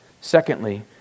Secondly